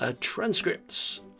transcripts